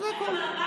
זה הכול.